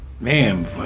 Man